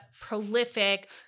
prolific